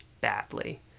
badly